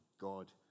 God